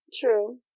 True